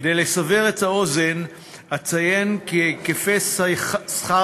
כדי לסבר את האוזן אציין כי היקפי שכר